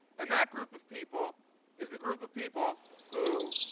and that group of people is the group of people who